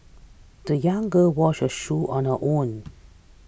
the young girl washed her shoes on her own